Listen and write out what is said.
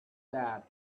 that